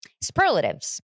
Superlatives